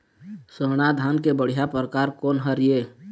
स्वर्णा धान के बढ़िया परकार कोन हर ये?